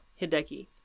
Hideki